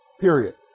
period